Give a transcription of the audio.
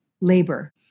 labor